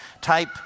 type